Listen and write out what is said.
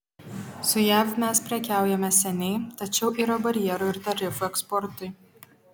su jav mes prekiaujame seniai tačiau yra barjerų ir tarifų eksportui